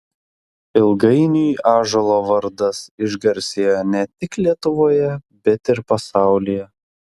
ilgainiui ąžuolo vardas išgarsėjo ne tik lietuvoje bet ir pasaulyje